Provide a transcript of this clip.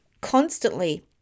constantly